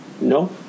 No